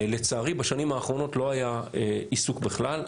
לצערי, בשנים האחרונות לא היה עיסוק בכלל.